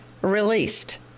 released